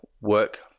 work